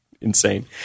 insane